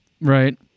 Right